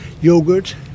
yogurt